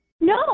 No